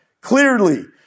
clearly